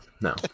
No